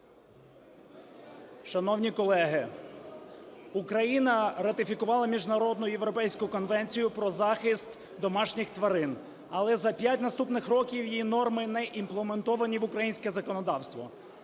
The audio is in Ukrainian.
Шановні колеги! Україна ратифікувала міжнародну Європейську конвенцію про захист домашніх тварин. Але за 5 наступних років її норми не імплементовані в українське законодавство.